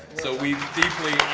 so we deeply